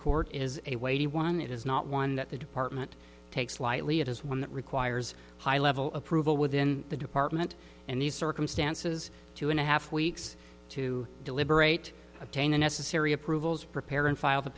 court is a weighty one it is not one that the department takes lightly it is one that requires high level approval within the department and these circumstances two and a half weeks to deliberate attain the necessary approvals prepare and file